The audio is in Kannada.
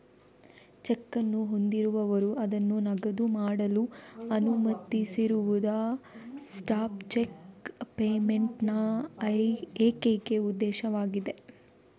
ಚೆಕ್ ಅನ್ನು ಹೊಂದಿರುವವರು ಅದನ್ನು ನಗದು ಮಾಡಲು ಅನುಮತಿಸದಿರುವುದು ಸ್ಟಾಪ್ ಚೆಕ್ ಪೇಮೆಂಟ್ ನ ಏಕೈಕ ಉದ್ದೇಶವಾಗಿದೆ